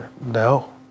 no